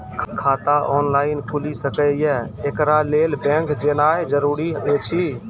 खाता ऑनलाइन खूलि सकै यै? एकरा लेल बैंक जेनाय जरूरी एछि?